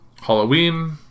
Halloween